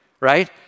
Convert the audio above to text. right